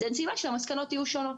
אז אין סיבה שהמסקנות יהיו שונות.